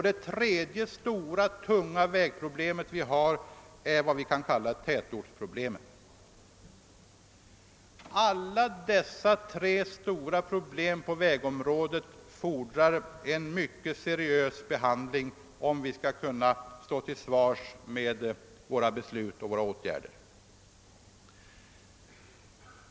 Det tredje tunga vägproblemet är vad vi kan kalla tätortsproblemet. Alla dessa stora problem på vägområdet fordrar en mycket seriös behandling om vi skall kunna stå till svars för våra beslut och våra åtgärder.